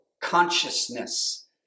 consciousness